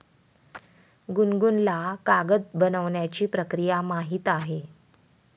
गुनगुनला कागद बनवण्याची प्रक्रिया माहीत आहे